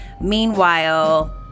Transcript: meanwhile